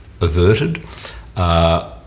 averted